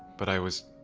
but i was